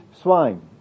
swine